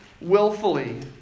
willfully